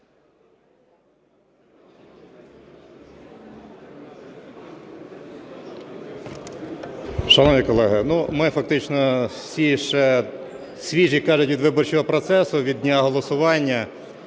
Шановні колеги, ми фактично всі ще свіжі, як кажуть, від виборчого процесу, від дня голосування,